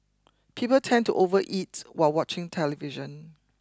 people tend to overeat while watching television